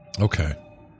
Okay